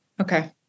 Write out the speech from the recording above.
Okay